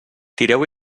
tireu